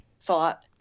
thought